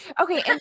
Okay